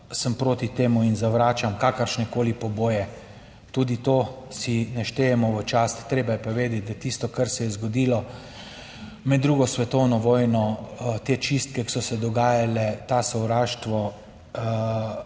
sem proti temu in zavračam kakršnekoli poboje, tudi to si ne štejemo v čast, treba je pa vedeti, da tisto, kar se je zgodilo med drugo svetovno vojno, te čistke, ki so se dogajale, to sovraštvo